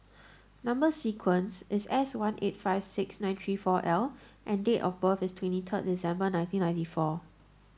number sequence is S one eight five six nine three four L and date of birth is twenty third December nineteen ninety four